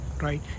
right